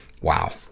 Wow